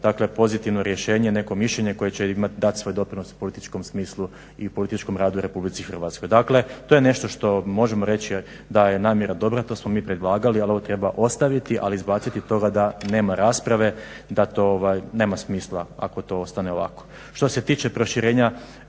neko pozitivno rješenje neko mišljenje koje će dati svoj doprinos političkom smislu i političkom radu RH. Dakle to je nešto što možemo reći da je namjera dobra. To smo mi predlagali ali ovo treba ostaviti ali izbaciti toga da nema rasprave da to nema smisla ako to ostane ovako. Što se tiče proširenja